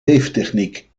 weeftechniek